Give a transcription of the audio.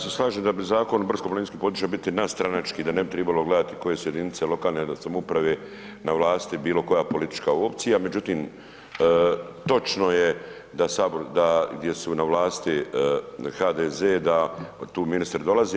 Ja se slažem da bi Zakon o brdsko-planinskom područjima biti nestranački, da ne bi trebalo gledati koje su jedinice lokalne samouprave na vlasti, bilo koja politička opcija, međutim, točno je da Sabor, gdje su na vlasti HDZ da tu ministri dolaze.